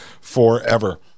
forever